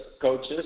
coaches